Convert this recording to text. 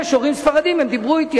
יש הורים ספרדים, הם דיברו אתי.